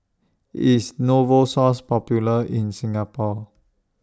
IS Novosource Popular in Singapore